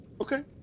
okay